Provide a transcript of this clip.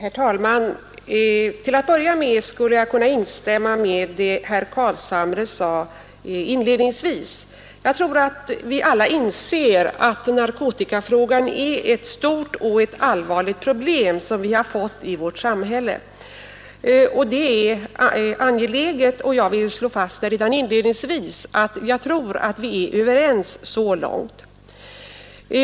Herr talman! Till att börja med skulle jag kunna instämma i vad herr Carlshamre sade i början av sitt anförande. Jag tror att vi alla inser att narkotikaproblemet är ett stort och allvarligt problem som vi har fått i vårt samhälle. Jag är angelägen om att redan inledningsvis slå fast att så långt är vi överens.